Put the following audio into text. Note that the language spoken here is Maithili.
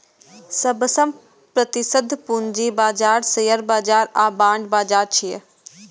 सबसं प्रसिद्ध पूंजी बाजार शेयर बाजार आ बांड बाजार छियै